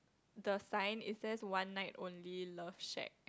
the sign is there's one night only love shack